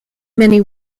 many